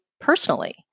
personally